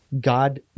God